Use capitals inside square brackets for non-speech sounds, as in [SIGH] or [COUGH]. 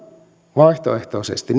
vaihtoehtoisesti [UNINTELLIGIBLE]